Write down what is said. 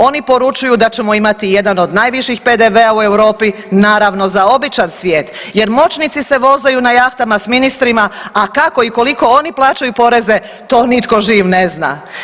Oni poručuju da ćemo imati jedan od najviših PDV-a u Europi naravno za običan svijet, jer moćnici se vozaju na jahtama sa ministrima a kako i koliko oni plaćaju poreze to nitko živ ne zna.